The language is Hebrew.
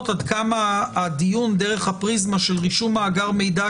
עד כמה הדיון דרך הפריזמה של רישום מאגר מידע,